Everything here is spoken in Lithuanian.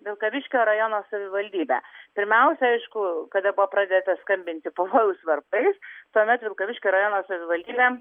vilkaviškio rajono savivaldybė pirmiausia aišku kada buvo pradėta skambinti pavojaus varpais tuomet vilkaviškio rajono savivaldybė